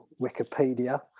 wikipedia